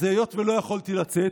אז היות שלא יכולתי לצאת,